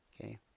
Okay